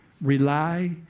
Rely